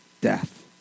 death